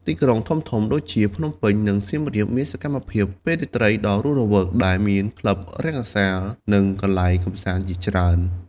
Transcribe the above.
ទីក្រុងធំៗដូចជា ភ្នំពេញ និងសៀមរាប មានសកម្មភាពពេលរាត្រីដ៏រស់រវើក ដែលមានក្លឹប រង្គសាល និងកន្លែងកម្សាន្តជាច្រើន ។